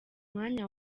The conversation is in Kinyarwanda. mwanya